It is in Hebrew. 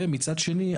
ומצד שני,